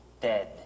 dead